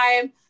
time